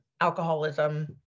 alcoholism